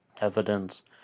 evidence